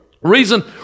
Reason